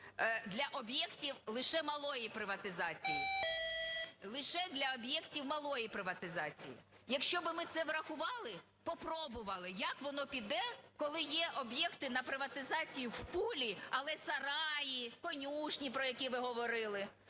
для об'єктів лише малої приватизації, лише для об'єктів малої приватизації. Якщо би ми це врахували, попробували як воно піде, коли є об'єкти на приватизацію в пулі, але сараї, конюшні, про які ви говорили,